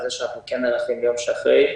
אנחנו כן נערכים ליום שאחרי.